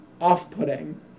off-putting